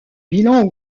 bilan